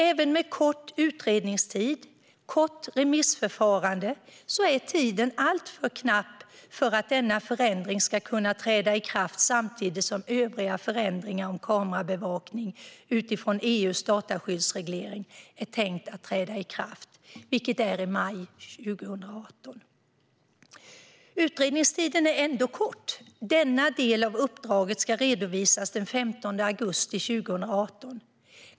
Även med kort utredningstid och ett kort remissförfarande är tiden alltför knapp för att denna förändring ska kunna träda i kraft samtidigt som övriga förändringar om kamerabevakning utifrån EU:s dataskyddsreglering är tänkta att träda i kraft, vilket är i maj 2018. Utredningstiden är ändå kort - denna del av uppdraget ska redovisas den 15 augusti 2018.